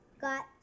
Got